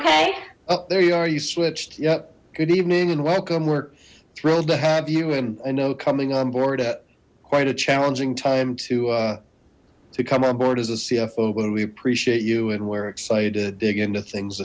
okay oh there you are you switched yep good evening and welcome we're thrilled to have you and i know coming on board at quite a challenging time to to come on board as a cfo but we appreciate you and we're excited to dig into things